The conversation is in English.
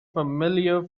familiar